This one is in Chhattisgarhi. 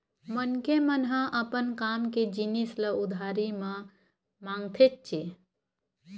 मनखे मन ह अपन काम के जिनिस ल उधारी म मांगथेच्चे